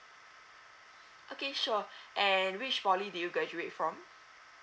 okay sure and which poly did you graduate from